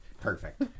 Perfect